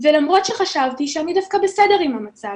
ולמרות שחשבתי שאני דווקא בסדר עם המצב